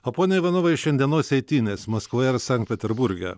o pone ivanovai šiandienos eitynės maskvoje ar sankt peterburge